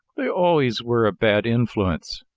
they always were a bad influence!